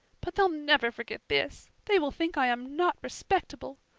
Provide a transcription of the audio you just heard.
but they'll never forget this. they will think i am not respectable.